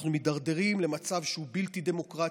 אנחנו מידרדרים למצב בלתי דמוקרטי,